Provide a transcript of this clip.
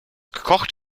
gekocht